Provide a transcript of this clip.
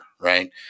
Right